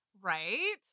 Right